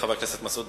לחבר הכנסת מסעוד